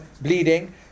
bleeding